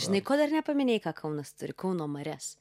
žinai ko dar nepaminėjai ką kaunas turi kauno marias